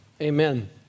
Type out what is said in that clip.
Amen